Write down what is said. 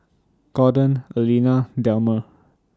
Gordon Aleena Delmer